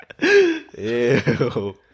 Ew